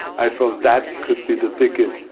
i felt that could be the ticket.